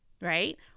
right